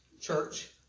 Church